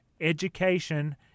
education